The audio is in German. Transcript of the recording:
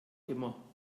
immer